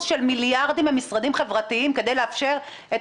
של מיליארדים במשרדים חברתיים כדי לאפשר את